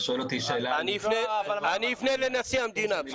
אני אפנה לנשיא המדינה.